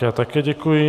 Já také děkuji.